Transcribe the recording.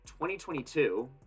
2022